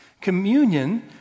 Communion